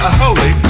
holy